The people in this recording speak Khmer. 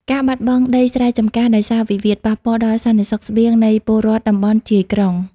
ការបាត់បង់ដីស្រែចម្ការដោយសារវិវាទ ប៉ះពាល់ដល់សន្តិសុខស្បៀងនៃពលរដ្ឋតំបន់ជាយក្រុង។